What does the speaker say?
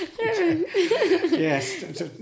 Yes